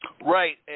Right